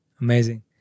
amazing